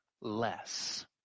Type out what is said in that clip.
less